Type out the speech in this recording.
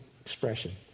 expression